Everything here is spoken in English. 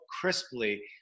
crisply